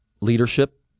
leadership